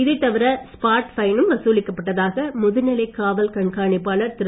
இதைத் தவிர ஸ்பாட் ஃபைனும் வசூலிக்கப்பட்டதாக முதுநிலை காவல் கண்காணிப்பாளர் திரு